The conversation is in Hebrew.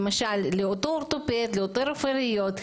למשל לאורתופד או לרופא ריאות,